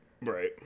Right